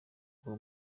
ubwo